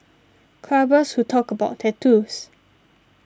clubbers who talk about tattoos